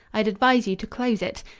i'd advise you to close it.